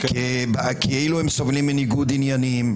כאילו הם סובלים מניגוד עניינים,